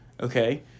Okay